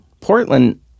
Portland